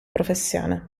professione